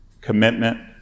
commitment